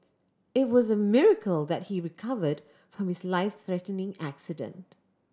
it was a miracle that he recovered from his life threatening accident